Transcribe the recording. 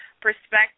perspective